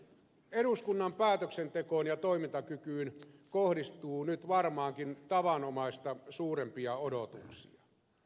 eduskunnan päätöksentekoon ja toimintakykyyn kohdistuu nyt varmaankin tavanomaista suurempia odotuksia